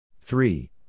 Three